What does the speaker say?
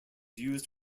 used